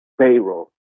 payroll